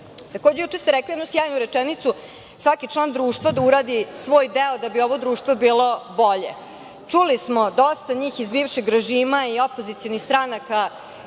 dela. Takođe, juče ste rekli jednu sjajnu rečenicu, svaki član društva da uradi svoj deo da bi ovo društvo bilo bolje. Čuli smo, dosta njih iz bivšeg režima i opozicionih stranaka